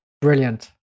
brilliant